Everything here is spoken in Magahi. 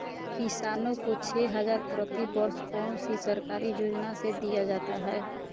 किसानों को छे हज़ार प्रति वर्ष कौन सी सरकारी योजना से दिया जाता है?